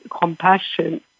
compassion